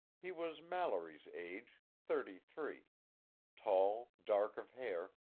he was mallory's age thirty-three tall, dark of hair,